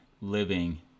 living